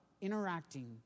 interacting